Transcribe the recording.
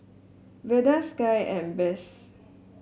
Velda Sky and Bess